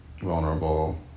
vulnerable